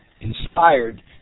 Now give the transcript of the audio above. inspired